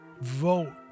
vote